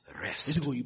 rest